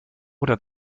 oder